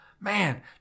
Man